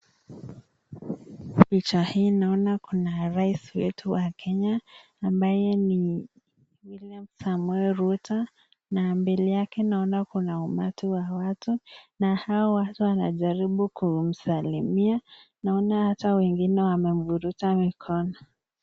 Picha hii naona kuna raisi wetu wa Kenya ambaye ni William Samoei Ruto na mbele yake naona kuna umati wa watu na hao watu wanajaribu kumsalimia naona hata wengine wamemvuruta mikono.